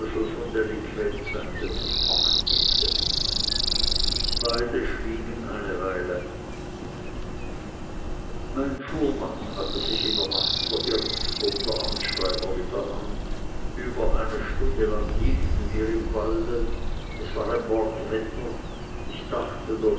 der sich packen ließe beide schwiegen eine weile mein fuhrmann hatte sich in der nacht verirrt hob der amtsschreiber wieder an über eine stunde lang hielten wir im walde es war ein mordwetter ich dachte der